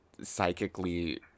psychically